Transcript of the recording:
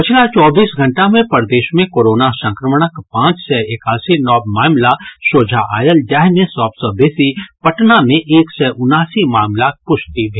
पछिला चौबीस घंटा मे प्रदेश मे कोरोना संक्रमणक पांच सय एकासी नव मामिला सोझा आयल जाहि मे सभ सॅ बेसी पटना मे एक सय उन्यासी मामिलाक पुष्टि भेल